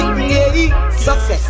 Success